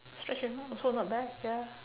stretch at home also not bad ya